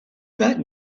that